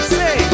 say